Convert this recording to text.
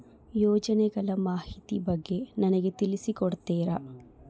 ಯೋಜನೆಗಳ ಮಾಹಿತಿ ಬಗ್ಗೆ ನನಗೆ ತಿಳಿಸಿ ಕೊಡ್ತೇರಾ?